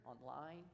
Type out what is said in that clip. online